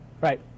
Right